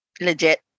Legit